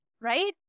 right